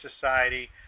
Society